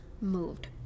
Moved